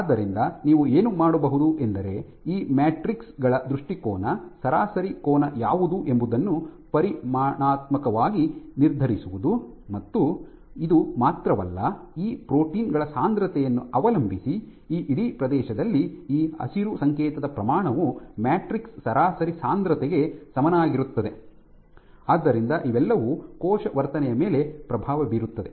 ಆದ್ದರಿಂದ ನೀವು ಏನು ಮಾಡಬಹುದು ಎಂದರೆ ಈ ಮ್ಯಾಟ್ರಿಕ್ಸ್ ಗಳ ದೃಷ್ಟಿಕೋನ ಸರಾಸರಿ ಕೋನ ಯಾವುದು ಎಂಬುದನ್ನು ಪರಿಮಾಣಾತ್ಮಕವಾಗಿ ನಿರ್ಧರಿಸುವುದು ಮತ್ತು ಇದು ಮಾತ್ರವಲ್ಲ ಈ ಪ್ರೋಟೀನ್ ಗಳ ಸಾಂದ್ರತೆಯನ್ನು ಅವಲಂಬಿಸಿ ಈ ಇಡೀ ಪ್ರದೇಶದಲ್ಲಿ ಈ ಹಸಿರು ಸಂಕೇತದ ಪ್ರಮಾಣವು ಮ್ಯಾಟ್ರಿಕ್ಸ್ ಸರಾಸರಿ ಸಾಂದ್ರತೆಗೆ ಸಮನಾಗಿರುತ್ತದೆ ಆದ್ದರಿಂದ ಇವೆಲ್ಲವೂ ಕೋಶ ವರ್ತನೆಯ ಮೇಲೆ ಪ್ರಭಾವ ಬೀರುತ್ತವೆ